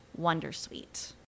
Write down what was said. Wondersuite